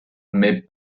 mais